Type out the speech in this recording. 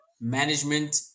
management